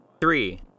Three